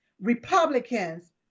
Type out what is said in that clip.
Republicans